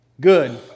good